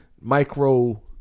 micro